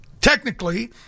technically